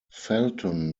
felton